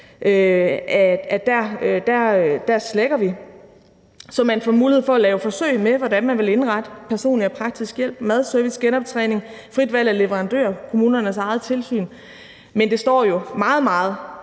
bliver slækket, så man får mulighed for at lave forsøg med, hvordan man vil indrette personlig og praktisk hjælp, mad, service, genoptræning, frit valg af leverandør og kommunernes eget tilsyn. Men det står jo meget, meget